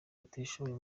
batishoboye